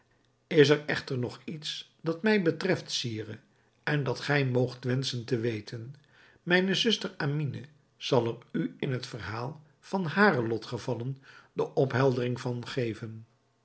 is er echter nog iets dat mij betreft sire en dat gij moogt wenschen te weten mijne zuster amine zal er u in het verhaal van hare lotgevallen de opheldering van geven